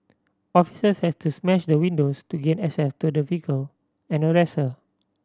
officers had to smash the windows to gain access to the vehicle and arrest her